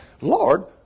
Lord